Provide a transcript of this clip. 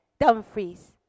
Dumfries